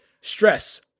stress